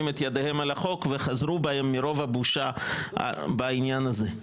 את ידיהם על החוק וחזרו בהם מרוב הבושה בעניין הזה.